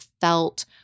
felt